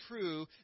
true